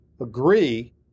agree